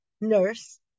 nurse